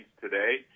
today